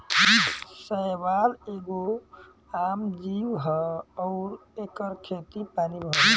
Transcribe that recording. शैवाल एगो आम जीव ह अउर एकर खेती पानी में होला